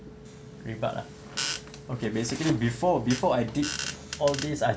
rebut ah okay basically before before I did all these I